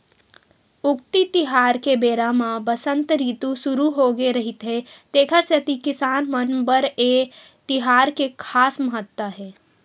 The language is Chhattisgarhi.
उक्ती तिहार के बेरा म बसंत रितु सुरू होगे रहिथे तेखर सेती किसान मन बर ए तिहार के खास महत्ता हे